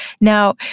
Now